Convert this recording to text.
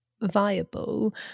viable